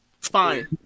Fine